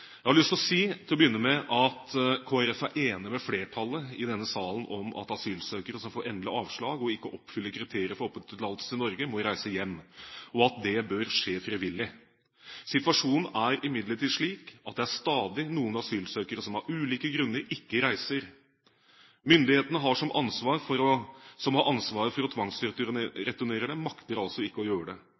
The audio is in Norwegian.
Jeg har lyst til å si til å begynne med at Kristelig Folkeparti er enig med flertallet i denne salen om at asylsøkere som får endelig avslag og ikke oppfyller kriteriene for oppholdstillatelse i Norge, må reise hjem, og at det bør skje frivillig. Situasjonen er imidlertid slik at det er stadig noen asylsøkere som av ulike grunner ikke reiser. Myndighetene som har ansvaret for å tvangsreturnere dem, makter altså ikke å gjøre det.